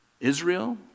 Israel